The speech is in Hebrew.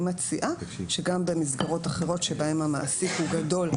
אני מציעה שגם במסגרות אחרות שבהן המעסיק הוא גדול,